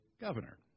governor